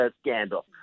scandal